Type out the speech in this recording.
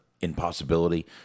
impossibility